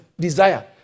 desire